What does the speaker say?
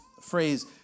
phrase